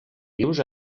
dius